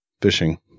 fishing